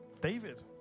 David